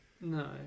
No